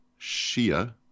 Shia